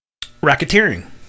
racketeering